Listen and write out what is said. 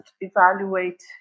evaluate